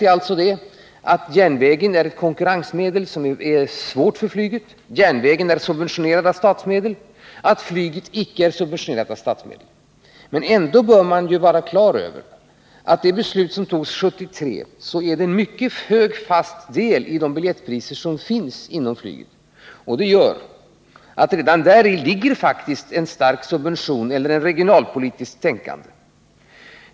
Järnvägstransporterna medför alltså en konkurrens som är svår för flyget, eftersom järnvägen subventioneras med statsmedel, medan flyget icke gör det. Men man bör ha klart för sig att det beslut som fattades 1973 innebär att en mycket hög fast del ingår i de biljettpriser som tillämpas inom flyget, och redan däri ligger faktiskt en stark subvention som är ett uttryck för ett regionalpolitiskt tänkande.